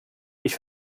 ich